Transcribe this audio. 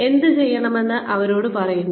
എന്തുചെയ്യണമെന്ന് അവരോട് പറയുന്നു